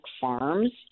farms